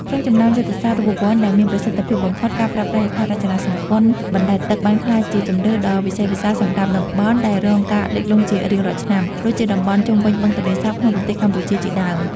ក្នុងចំណោមយុទ្ធសាស្ត្ររូបវន្តដែលមានប្រសិទ្ធភាពបំផុត ការប្រើប្រាស់ហេដ្ឋារចនាសម្ព័ន្ធបណ្តែតទឹកបានក្លាយជាជម្រើសដ៏វិសេសវិសាលសម្រាប់តំបន់ដែលរងការលិចលង់ជារៀងរាល់ឆ្នាំ ដូចជាតំបន់ជុំវិញបឹងទន្លេសាបក្នុងប្រទេសកម្ពុជាជាដើម។